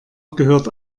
gehört